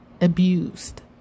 abused